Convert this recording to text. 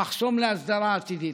מחסום להסדרה עתידית.